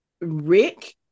Rick